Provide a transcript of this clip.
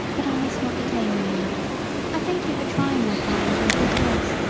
but i must not detain you now i thank you for trying my plan with your good horse,